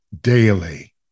daily